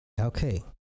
Okay